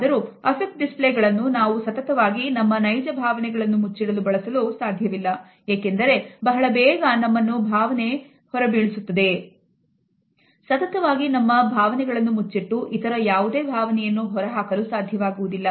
ಆದರೂ Affect display ಗಳನ್ನು ನಾವು ಸತತವಾಗಿ ನಮ್ಮ ನೈಜ ಭಾವನೆಗಳನ್ನು ಮುಚ್ಚಿಡಲು ಬಳಸಲು ಸಾಧ್ಯವಿಲ್ಲ